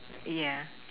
yeah